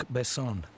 Besson